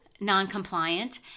non-compliant